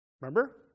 Remember